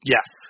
Yes